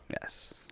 Yes